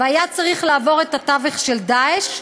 והיה צריך לעבור את התווך של "דאעש",